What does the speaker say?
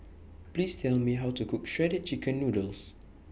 Please Tell Me How to Cook Shredded Chicken Noodles